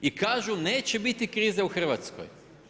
I kažu neće biti krize u Hrvatskoj.